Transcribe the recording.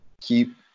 keep